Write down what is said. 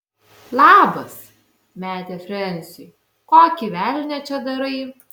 labas metė frensiui kokį velnią čia darai